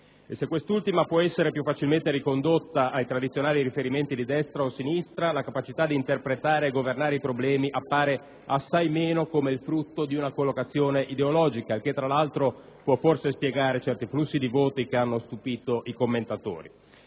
Se quest'ultima può essere più facilmente ricondotta ai tradizionali riferimenti di destra o sinistra, la capacità di interpretare e governare i problemi appare assai meno come il frutto di una collocazione ideologica, il che tra l'altro può forse spiegare certi flussi di voti che hanno stupito i commentatori.